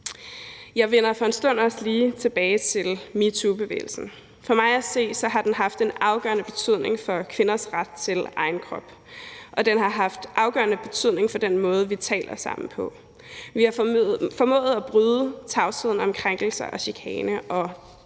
Jeg vender for en stund også lige tilbage til metoobevægelsen. For mig at se har den haft en afgørende betydning for kvinders ret til egen krop, og den har haft en afgørende betydning for den måde, vi taler sammen på. Vi har formået at bryde tavsheden om krænkelser og chikane, og